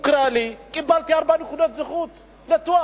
הוכרה לי, קיבלתי ארבע נקודות זכות לתואר.